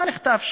מה נכתב שם?